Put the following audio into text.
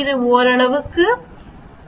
இது ஓரளவுக்கு 1